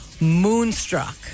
Moonstruck